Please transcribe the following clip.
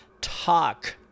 talk